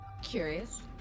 Curious